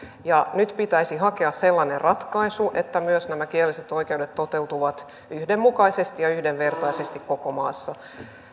ja nyt pitäisi hakea sellainen ratkaisu että myös nämä kielelliset oikeudet toteutuvat yhdenmukaisesti ja yhdenvertaisesti koko maassa